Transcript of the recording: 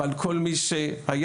אבל כל מי שהיה,